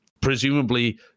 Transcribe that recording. presumably